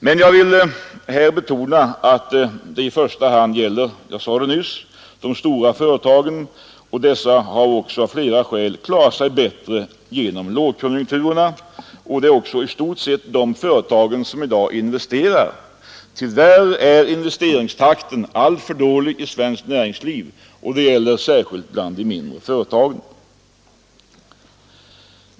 Men jag vill betona att detta, som jag nyss sade, i första hand gäller för de stora företagen. De har av flera skäl klarat sig bättre genom lågkonjunkturen. Det är också i stort sett de företagen som i dag investerar. Tyvärr är investeringstakten alltför dålig i svenskt näringsliv. Detta gäller särskilt för de mindre företagen.